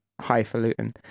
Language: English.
highfalutin